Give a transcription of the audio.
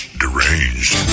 deranged